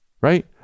right